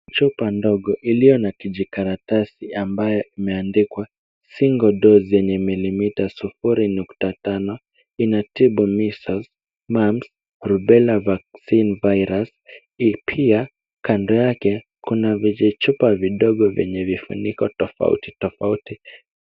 Chupa ndogo iliyo na kijikaratasi ambayo imeandikwa single dose yenye milimita sufuri nukta tano inatibu measles, mumps, rubella vaccine virus . Hii pia kando yake kuna vijichupa vidogo vyenye vifuniko tofauti tofauti.